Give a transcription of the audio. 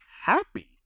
Happy